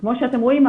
וכמו שאתם רואים,